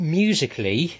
musically